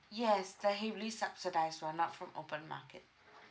yes the heavily subsidised one not from open market